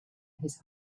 his